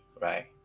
right